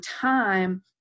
time